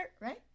right